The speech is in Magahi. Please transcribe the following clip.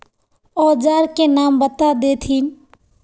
औजार के नाम बता देथिन?